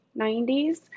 90s